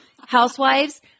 Housewives